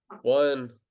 one